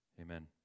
Amen